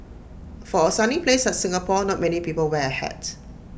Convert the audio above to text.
for A sunny place like Singapore not many people wear A hat